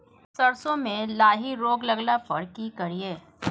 सरसो मे लाही रोग लगला पर की करिये?